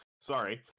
sorry